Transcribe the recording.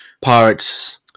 pirates